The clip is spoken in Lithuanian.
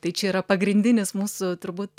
tai čia yra pagrindinis mūsų turbūt